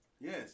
Yes